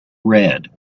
red